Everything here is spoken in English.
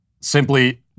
Simply